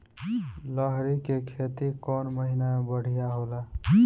लहरी के खेती कौन महीना में बढ़िया होला?